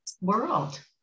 world